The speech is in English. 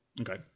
Okay